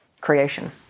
creation